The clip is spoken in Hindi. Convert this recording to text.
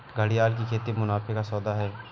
घड़ियाल की खेती मुनाफे का सौदा है